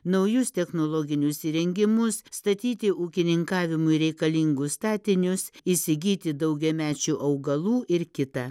naujus technologinius įrengimus statyti ūkininkavimui reikalingus statinius įsigyti daugiamečių augalų ir kitą